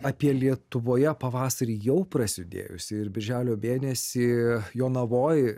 apie lietuvoje pavasarį jau prasidėjusį ir birželio mėnesį jonavoj